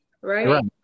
right